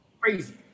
crazy